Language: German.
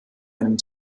einem